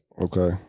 Okay